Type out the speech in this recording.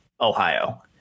Ohio